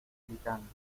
gritando